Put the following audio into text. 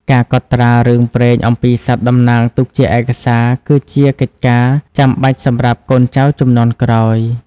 ការកត់ត្រារឿងព្រេងអំពីសត្វតំណាងទុកជាឯកសារ គឺជាកិច្ចការចាំបាច់សម្រាប់កូនចៅជំនាន់ក្រោយ។